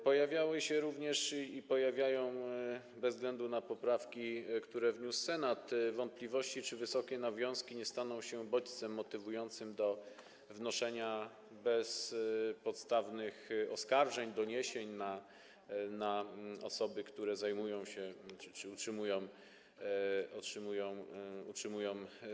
Pojawiały się również i pojawiają, bez względu na poprawki, które wniósł Senat, wątpliwości, czy wysokie nawiązki nie staną się bodźcem motywującym do wnoszenia bezpodstawnych oskarżeń, do składania doniesień na osoby, które zajmują się zwierzętami czy je utrzymują.